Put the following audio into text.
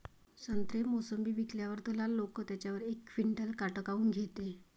संत्रे, मोसंबी विकल्यावर दलाल लोकं त्याच्यावर एक क्विंटल काट काऊन घेते?